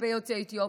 כלפי יוצאי אתיופיה,